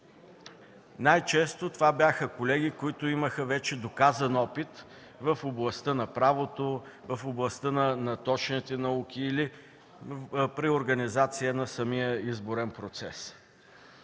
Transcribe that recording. Най-често това бяха колеги, които имаха вече доказан опит в областта на правото, в областта на точните науки или при организация на самия изборен процес.